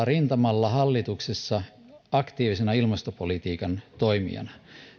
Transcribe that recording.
rintamalla aktiivisena ilmastopolitiikan toimijana